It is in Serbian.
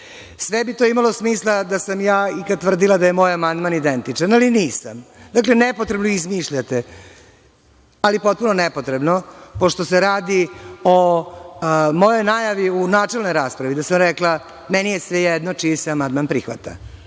bi to imalo smisla da sam ja ikada tvrdila da je moj amandman identičan, ali nisam. Dakle, nepotrebno izmišljate, ali potpuno nepotrebno, pošto se radi o mojoj najavi u načelnoj raspravi da sam rekla – meni je svejedno čiji se amandman prihvata.